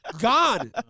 Gone